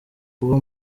kuba